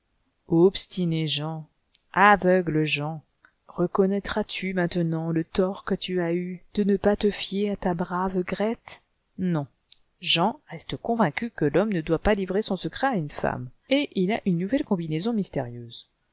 obstiné jean aveugle jean reconnaîtras tu maintenant le tort que tu as eu de ne pas te fier à ta brave grethe non jean reste convaincu que l'homme ne doit pas livrer son secret à une femme et il a une nouvelle combinaison mystérieuse